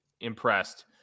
impressed